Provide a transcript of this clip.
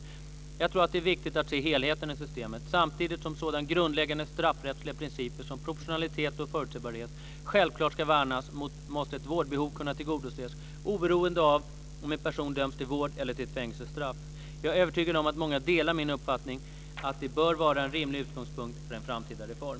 Jag tror att det är viktigt att se helheten i systemet. Samtidigt som sådana grundläggande straffrättsliga principer som proportionalitet och förutsebarhet självklart ska värnas måste ett vårdbehov kunna tillgodoses oberoende av om en person döms till vård eller till ett fängelsestraff. Jag är övertygad om att många delar min uppfattning att det bör vara en rimlig utgångspunkt för en framtida reform.